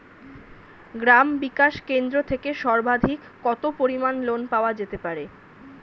গ্রাম বিকাশ কেন্দ্র থেকে সর্বাধিক কত পরিমান লোন পাওয়া যেতে পারে?